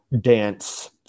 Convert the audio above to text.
dance